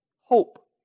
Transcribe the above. Hope